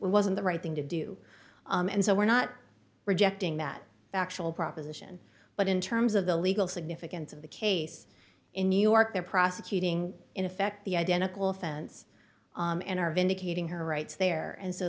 wasn't the right thing to do and so we're not rejecting that factual proposition but in terms of the legal significance of the case in new york they're prosecuting in effect the identical offense and are vindicating her rights there and so